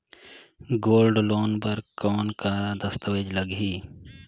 Gold loan बर कौन का दस्तावेज लगही?